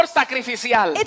sacrificial